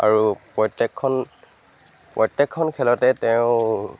আৰু প্ৰত্যেকখন প্ৰত্যেকখন খেলতে তেওঁ